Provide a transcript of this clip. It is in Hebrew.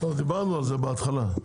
דיברנו על זה בהתחלה.